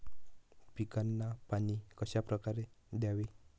पिकांना पाणी कशाप्रकारे द्यावे?